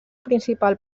principal